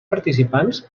participants